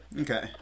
Okay